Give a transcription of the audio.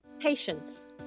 Patience